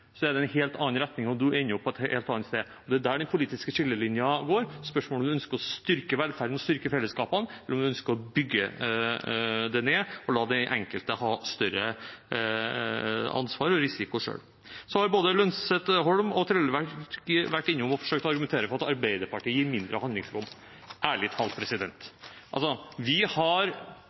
så stor forskjellen til å begynne med, men akkumulert over tid er det en helt annen retning og man ender opp på et helt annet sted. Det er der de politiske skillelinjene går. Spørsmålet er om vi ønsker å styrke velferden og ønsker å styrke fellesskapene, eller om en ønsker å bygge det ned, og la den enkelte ha større ansvar og risiko selv. Så har både Holm Lønseth og Trellevik vært innom og forsøkt å argumentere for at Arbeiderpartiet gir mindre handlingsrom. Ærlig